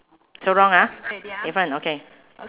so wrong ah in front okay